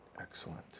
Excellent